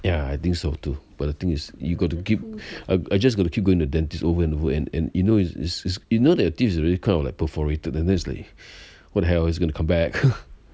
yeah I think so too but the thing is you got to give uh I just gotta keep going a dentist over and over and and you know it's it's it's you know that your teeth are already kind of like perforated and there's li~ like what the hell it's going to come back heh